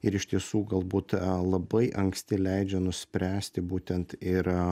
ir iš tiesų galbūt labai anksti leidžia nuspręsti būtent ir